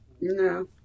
No